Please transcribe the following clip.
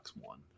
One